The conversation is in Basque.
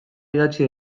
idatzi